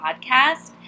podcast